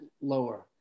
lower